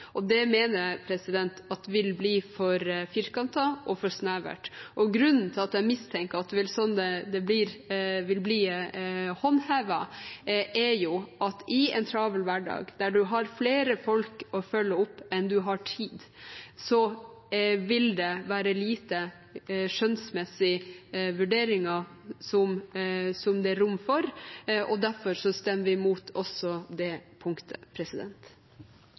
Og det mener jeg vil bli for firkantet og for snevert. Grunnen til at jeg mistenker at det er sånn det vil bli håndhevet, er at det i en travel hverdag der man har flere folk å følge opp enn man har tid til, vil være lite rom for skjønnsmessige vurderinger. Derfor stemmer vi imot også det punktet.